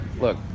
Look